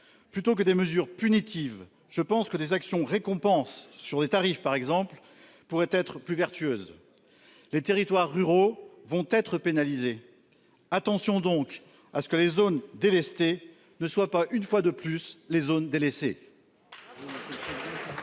Plutôt que des mesures punitives. Je pense que des actions récompense sur les tarifs par exemple pourrait être plus vertueuse. Les territoires ruraux vont être pénalisés. Attention donc à ce que les zones délestées ne soit pas une fois de plus les zones délaissées.